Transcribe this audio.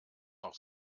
noch